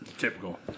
Typical